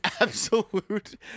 absolute